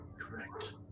Correct